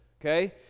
Okay